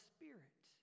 Spirit